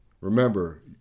Remember